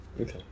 okay